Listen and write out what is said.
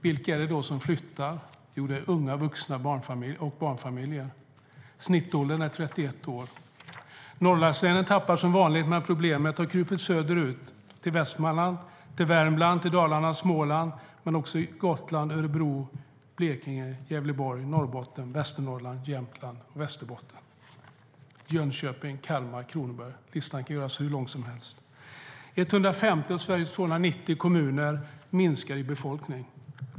Vilka är det som flyttar? Jo, unga vuxna och barnfamiljer. Snittåldern är 31 år. Norrlandslänen tappar som vanligt, men problemet har krupit söderut till Västmanland, Värmland, Dalarna och Småland, liksom till Gotland, Örebro, Blekinge, Gävleborg, Norrbotten, Västernorrland, Jämtland, Västerbotten, Jönköping, Kalmar och Kronoberg. Listan kan göras hur lång som helst. I 150 av Sveriges 290 kommuner minskar befolkningen.